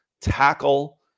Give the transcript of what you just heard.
tackle